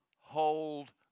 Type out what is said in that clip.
hold